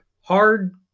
hard